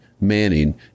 Manning